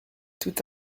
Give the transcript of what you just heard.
tout